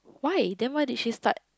why then why that she start